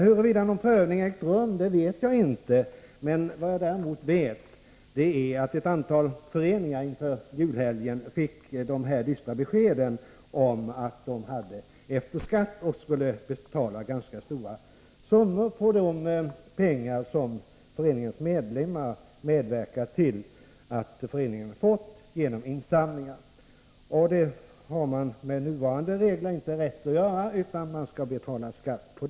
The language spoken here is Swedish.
Jag vet inte huruvida det ägt rum någon prövning, men jag vet att ett antal föreningar före julhelgen fick det dystra beskedet att de i skatt skulle betala ganska stora summor på de pengar som föreningarnas medlemmar medverkat till att föreningarna fått genom insamlingar. Enligt nuvarande regler har man inte rätt att göra sådana insamlingar skattefritt.